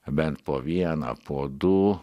bent po vieną po du